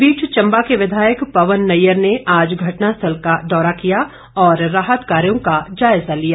इस बीच चंबा के विधायक पवन नैयर ने आज घटना स्थल का दौरा किया और राहत कार्यों का जायजा लिया